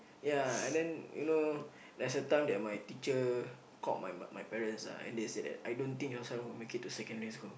ya and then you know there's a time that my teacher called my mo~ my parents ah and they said that I don't think your son will make it to secondary school